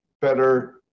better